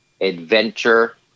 adventure